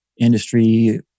industry